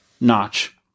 notch